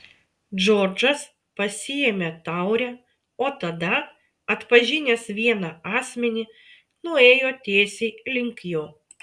džordžas pasiėmė taurę o tada atpažinęs vieną asmenį nuėjo tiesiai link jo